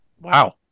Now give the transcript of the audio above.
Wow